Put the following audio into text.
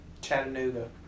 Chattanooga